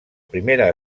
primera